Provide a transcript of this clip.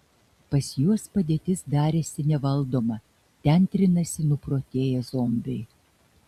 pas juos padėtis darėsi nevaldoma ten trinasi nuprotėję zombiai